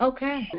Okay